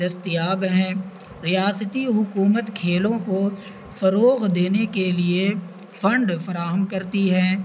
دستیاب ہیں ریاستی حکومت کھیلوں کو فروغ دینے کے لیے فنڈ فراہم کرتی ہے